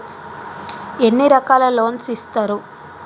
ఎన్ని రకాల లోన్స్ ఇస్తరు?